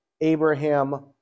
Abraham